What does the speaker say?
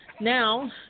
Now